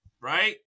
right